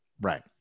Right